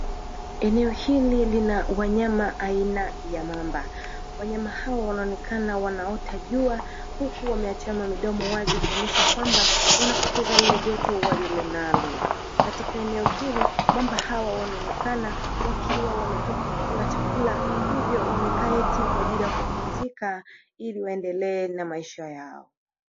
Eneo hili lina wanyama aina ya mamba wanyama hao wanaonekana wanaotajua huku wameachana midomo wazi kuonyesha kwamba wanapoteza lile joto walilonalo katika eneo hili, kwamba hawa wanaonekana wakiwa wametoka kula chakula hivyo wamekaa eti kwa ajili ya kupumzika ili waendelee na maisha yao.